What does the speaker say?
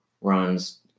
runs